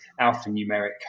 alphanumeric